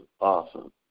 awesome